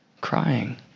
crying